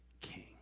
king